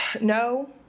No